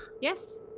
yes